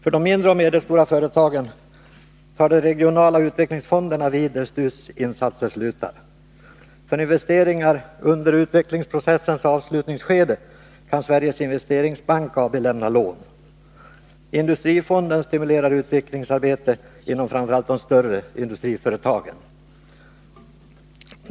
För de mindre och medelstora företagen tar de regionala utvecklingsfonderna vid där STU:s insatser slutar. För investeringar under utvecklingsprocessens avslutningsskede kan Sveriges Investeringsbank AB lämna lån. Industrifonden stimulerar utvecklingsarbete inom framför allt de större industriföretagen.